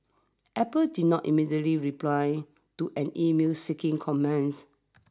Apple did not immediately reply to an email seeking comments